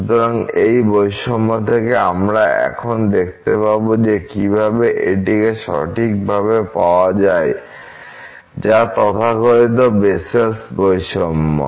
সুতরাং এই বৈষম্য থেকে আমরা এখন দেখতে পাব যে কীভাবে এটিকে সঠিকভাবে পাওয়া যায় যা তথাকথিত বেসেলের বৈষম্য